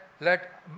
let